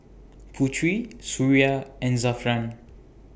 Putri Suria and Zafran